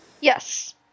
Yes